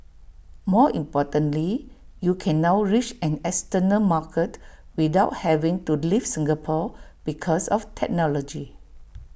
more importantly you can now reach an external market without having to leave Singapore because of technology